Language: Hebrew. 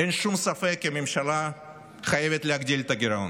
אין שום ספק כי הממשלה חייבת להגדיל את הגירעון.